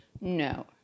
No